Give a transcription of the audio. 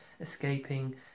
escaping